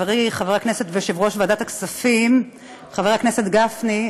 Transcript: חברי חבר הכנסת ויושב-ראש ועדת הכספים חבר הכנסת גפני,